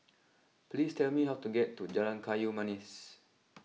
please tell me how to get to Jalan Kayu Manis